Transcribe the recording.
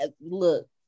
look